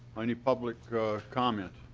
any public comment?